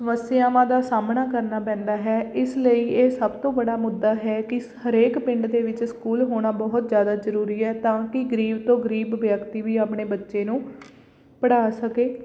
ਸਮੱਸਿਆਵਾਂ ਦਾ ਸਾਹਮਣਾ ਕਰਨਾ ਪੈਂਦਾ ਹੈ ਇਸ ਲਈ ਇਹ ਸਭ ਤੋਂ ਬੜਾ ਮੁੱਦਾ ਹੈ ਕਿ ਸ ਹਰੇਕ ਪਿੰਡ ਦੇ ਵਿੱਚ ਸਕੂਲ ਹੋਣਾ ਬਹੁਤ ਜ਼ਿਆਦਾ ਜ਼ਰੂਰੀ ਹੈ ਤਾਂ ਕਿ ਗਰੀਬ ਤੋਂ ਗਰੀਬ ਵਿਅਕਤੀ ਵੀ ਆਪਣੇ ਬੱਚੇ ਨੂੰ ਪੜ੍ਹਾ ਸਕੇ